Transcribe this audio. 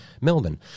Melbourne